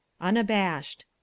Unabashed